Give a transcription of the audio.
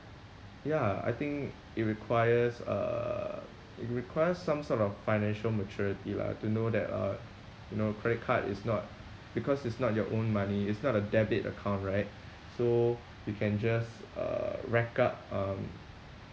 ya I think it requires uh it requires some sort of financial maturity lah to know that uh you know credit card is not because it's not your own money it's not a debit account right so you can just uh rack up um